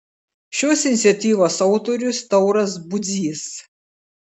šios iniciatyvos autorius tauras budzys